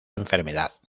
enfermedad